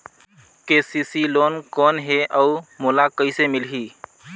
KCC loan कौन हे अउ मोला कइसे मिलही?